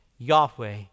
Yahweh